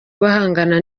guhangana